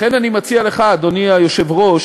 לכן אני מציע לך, אדוני היושב-ראש,